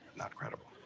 not credible.